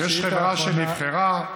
יש חברה שנבחרה.